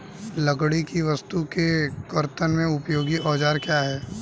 लकड़ी की वस्तु के कर्तन में उपयोगी औजार क्या हैं?